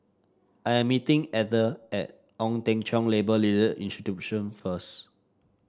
I am meeting Ether at Ong Teng Cheong Labour Leader Institution first